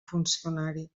funcionari